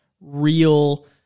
real